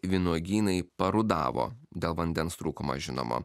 vynuogynai parudavo dėl vandens trūkumo žinoma